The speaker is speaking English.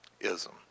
ism